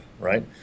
right